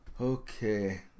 Okay